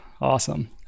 Awesome